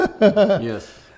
Yes